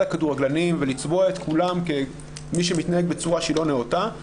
הכדורגלנים ולצבוע את כולם כמי שמתנהגים בצורה לא נאותה,